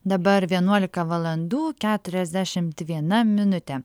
dabar vienuolika valandų keturiasdešimt viena minutė